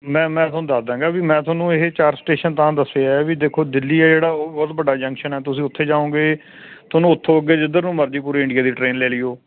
ਮੈਂ ਮੈਂ ਤੁਹਾਨੂੰ ਦੱਸ ਦਾਂਗਾ ਵੀ ਮੈਂ ਤੁਹਾਨੂੰ ਇਹ ਚਾਰ ਸਟੇਸ਼ਨ ਤਾਂ ਦੱਸੇ ਆ ਵੀ ਦੇਖੋ ਦਿੱਲੀ ਆ ਜਿਹੜਾ ਉਹ ਬਹੁਤ ਵੱਡਾ ਜੰਕਸ਼ਨ ਹੈ ਤੁਸੀਂ ਉੱਥੇ ਜਾਓਗੇ ਤੁਹਾਨੂੰ ਉਥੋਂ ਅੱਗੇ ਜਿੱਧਰ ਨੂੰ ਮਰਜ਼ੀ ਪੂਰੇ ਇੰਡੀਆ ਦੀ ਟ੍ਰੇਨ ਲੈ ਲਈਓ